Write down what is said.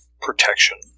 protection